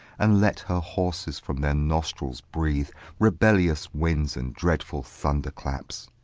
and let her horses from their nostrils breathe rebellious winds and dreadful thunder-claps,